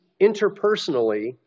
interpersonally